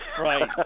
Right